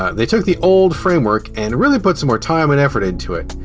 they took the old framework and really put some more time and effort into it.